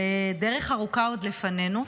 ודרך ארוכה עוד לפנינו,